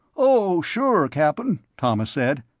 oh, sure, cap'n, thomas said.